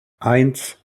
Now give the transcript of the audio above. eins